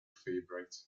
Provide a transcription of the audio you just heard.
favorite